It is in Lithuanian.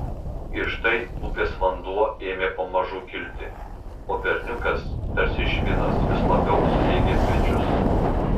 ir štai upės vanduo ėmė pamažu kilti o berniukas tarsi švinas vis labiau slėgė pečius